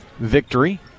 victory